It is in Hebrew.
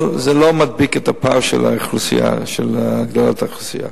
אבל זה לא מדביק את הפער של גידול האוכלוסייה.